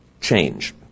change